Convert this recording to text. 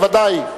בוודאי,